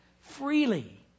freely